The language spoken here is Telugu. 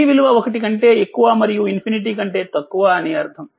t విలువ 1 కంటే ఎక్కువ మరియు ∞ కంటే తక్కువ అని అర్ధం